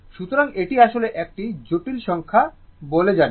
সুতরাং এটি আসলে একটি জটিল সংখ্যা বলে জানি